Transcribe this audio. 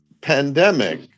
pandemic